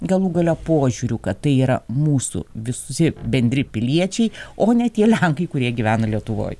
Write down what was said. galų gale požiūriu kad tai yra mūsų visi bendri piliečiai o ne tie lenkai kurie gyvena lietuvoj